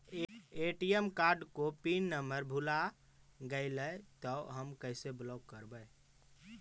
ATM card को PIN number भुला गैले तौ हम कैसे ब्लॉक करवै?